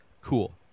Cool